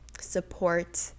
support